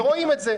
ואורים את זה,